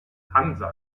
hansa